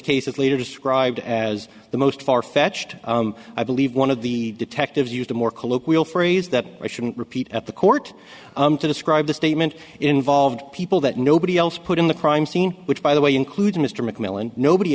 case later described as the most farfetched i believe one of the detectives used a more colloquial phrase that i shouldn't repeat at the court to describe the statement involved people that nobody else put in the crime scene which by the way includes mr mcmillan nobody